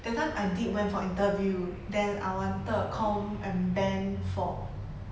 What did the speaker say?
that time I did went for interview then I wanted com and ben for